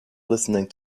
listening